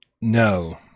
no